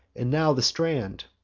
and now the strand,